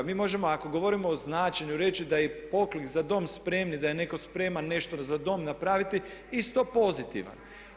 Mi možemo ako govorimo o značenju reći da i poklik „za dom spremni“ da je netko spreman nešto za dom napraviti isto pozitivan.